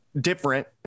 different